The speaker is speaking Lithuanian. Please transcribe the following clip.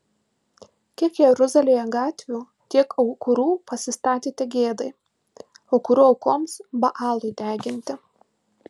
kiek jeruzalėje gatvių tiek aukurų pasistatėte gėdai aukurų aukoms baalui deginti